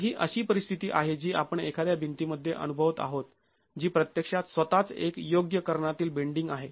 तर ही अशी परिस्थिती आहे जी आपण एखाद्या भिंतीमध्ये अनुभवत आहोत जी प्रत्यक्षात स्वतःच एक योग्य कर्णातील बेंडींग आहे